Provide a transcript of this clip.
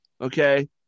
okay